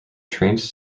trained